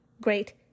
Great